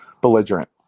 belligerent